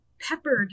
peppered